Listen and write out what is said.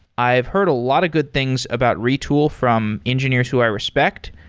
i've heard a lot of good things about retool from engineers who i respect.